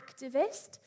activist